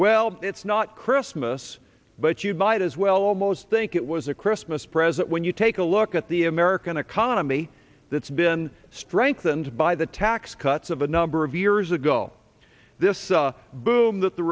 well it's not christmas but you might as well almost think it was a christmas present when you take a look at the american economy that's been strengthened by the tax cuts of a number of years ago this boom that the